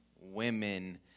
women